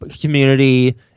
community